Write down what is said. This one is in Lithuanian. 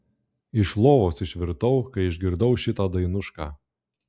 iš lovos išvirtau kai išgirdau šitą dainušką